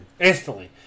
Instantly